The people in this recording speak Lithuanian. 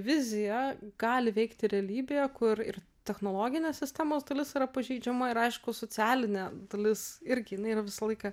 vizija gali veikti realybėje kur ir technologinės sistemos dalis yra pažeidžiama ir aišku socialinė dalis irgi yra visą laiką